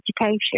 education